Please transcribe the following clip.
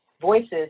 voices